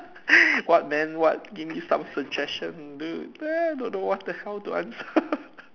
what man what give me some suggestion dude then I don't know what the hell to answer